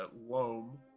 Loam